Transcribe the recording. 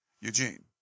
Eugene